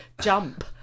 Jump